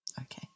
Okay